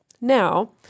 Now